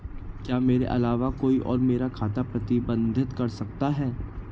क्या मेरे अलावा कोई और मेरा खाता प्रबंधित कर सकता है?